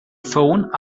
phone